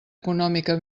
econòmica